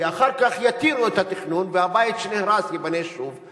כי אחר כך יתירו את התכנון והבית שנהרס ייבנה שוב.